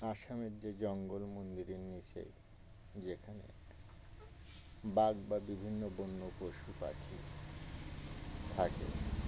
আসামের যে জঙ্গল মন্দিরের নিচে যেখানে বাঘ বা বিভিন্ন বন্য পশু পাখি থাকে